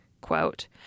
quote